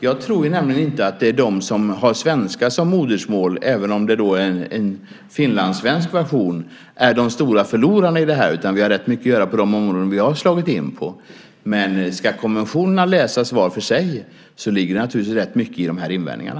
Jag tror nämligen inte att det är de med svenska som modersmål, även om det är en finlandssvensk version, som är de stora förlorarna, utan vi har rätt mycket att göra på de områden vi slagit in på. Men om konventionerna ska läsas var för sig ligger det naturligtvis ganska mycket i invändningarna.